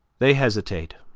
they hesitate,